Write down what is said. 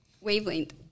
wavelength